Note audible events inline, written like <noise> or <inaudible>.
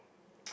<noise>